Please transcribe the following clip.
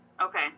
Okay